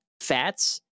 fats